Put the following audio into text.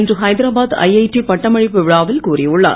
இன்று ஹைதராபாத் ஐஐடி பட்டமளிப்பு விழாவில் கூறியுள்ளார்